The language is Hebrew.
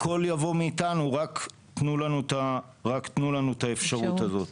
הכול יבוא מאיתנו, רק תנו לנו את האפשרות הזאת.